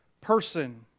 person